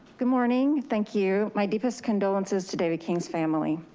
good morning, thank you. my deepest condolences to david king's family.